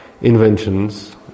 inventions